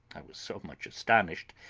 i was so much astonished,